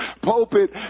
pulpit